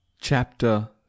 Chapter